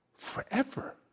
Forever